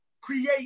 create